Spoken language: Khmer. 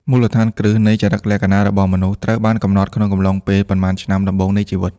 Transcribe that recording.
មូលដ្ឋានគ្រឹះនៃចរិតលក្ខណៈរបស់មនុស្ស ត្រូវបានកំណត់ក្នុងកំឡុងពេលប៉ុន្មានឆ្នាំដំបូងនៃជីវិត។